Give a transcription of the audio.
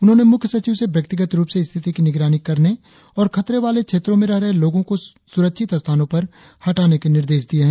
उन्होंने मुख्य सचिव को व्यक्तिगत रुप से स्थिति की निगरानी करने और खतरे वाले क्षेत्रों में रह रहे लोगों को सुरक्षित स्थानों पर हटाने के निर्देश दिये है